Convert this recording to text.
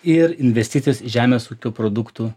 ir investicijos į žemės ūkio produktų